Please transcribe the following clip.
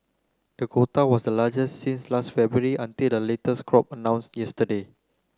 the quota was the largest since last February until the latest crop announced yesterday